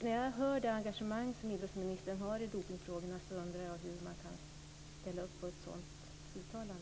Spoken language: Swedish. När jag hör idrottsministerns engagemang i dopningsfrågorna undrar jag hur hon kan ställa sig bakom ett sådant uttalande.